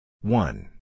one